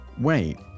Wait